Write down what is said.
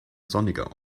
sonniger